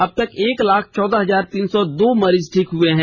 अबतक एक लाख चौदह हजार तीन सौ दो मरीज ठीक हुए हैं